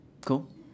Cool